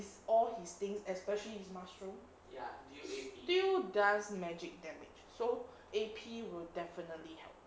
it's all his things especially his mushroom still does magic damage so A_P will definitely help